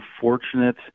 fortunate